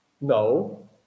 No